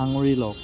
সাঙুৰি লওক